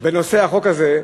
בנושא החוק הזה,